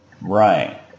Right